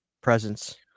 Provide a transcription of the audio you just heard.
presence